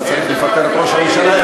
אז צריך לפטר את ראש הממשלה,